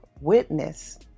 witness